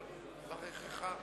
כי זה סעיף.